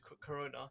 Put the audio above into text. corona